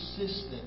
persistent